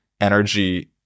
energy